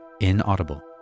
inaudible